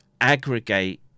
aggregate